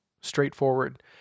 straightforward